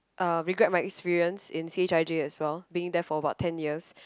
uh regret my experience in c_h_i_j as well being there for about ten years